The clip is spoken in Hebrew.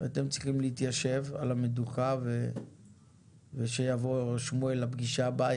ואתם צריכים להתיישב על המדוכה ושיבוא שמואל לפגישה הבאה,